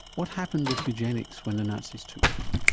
what happened with eugenics when the nazis took power?